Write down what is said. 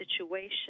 situation